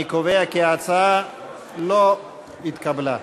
אני קובע כי ההצעה לא התקבלה.